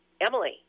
Emily